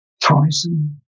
Tyson